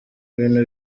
ibintu